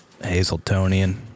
Hazletonian